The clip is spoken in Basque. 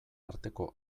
arteko